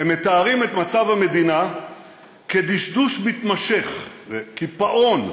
הם מתארים את מצב המדינה כדשדוש מתמשך, קיפאון,